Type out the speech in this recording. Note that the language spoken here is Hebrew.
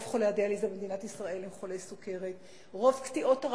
רוב חולי הדיאליזה במדינת ישראל הם חולי סוכרת.